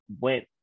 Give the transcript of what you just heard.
went